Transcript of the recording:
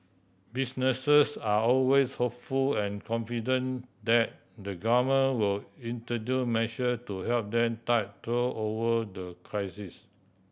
businesses are always hopeful and confident that the Government will introduce measure to help then tide through over the crisis